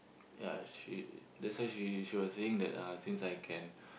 ya she that's why she she was saying that uh since I can